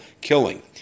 killing